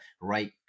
right